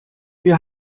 wir